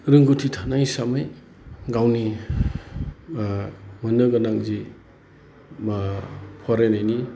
रौगौथि थानाय हिसाबै गावनि मोननो गोनां जि मा फरायनायनि